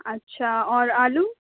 اچھا اور آلو